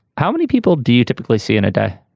how many people do you typically see in a day.